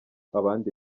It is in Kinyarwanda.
abandi